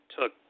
took